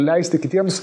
leisti kitiems